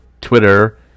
Twitter